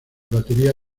batería